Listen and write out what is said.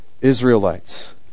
Israelites